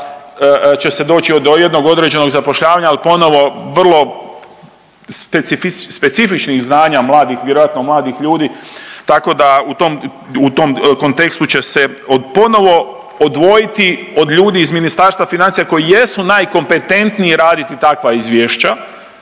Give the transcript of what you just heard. će se doći do jednog određenog zapošljavanja, al ponovo vrlo specifičnih znanja mladih, vjerojatno mladih ljudi, tako da u tom, u tom kontekstu će se ponovo odvojiti od ljudi iz Ministarstva financija koji jesu najkompetentniji raditi takva izvješća